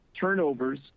turnovers